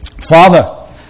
Father